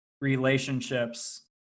relationships